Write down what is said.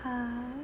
!huh!